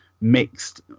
mixed